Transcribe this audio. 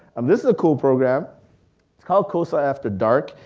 and this is a cool program. it's called cosi after dark.